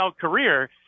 career –